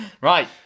Right